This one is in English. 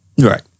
Right